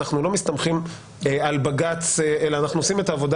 אנחנו לא מסתמכים על בג"ץ אלא אנחנו עושים את העבודה